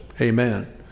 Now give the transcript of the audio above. amen